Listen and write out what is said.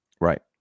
Right